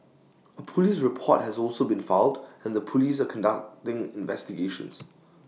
A Police report has also been filed and the Police are conducting investigations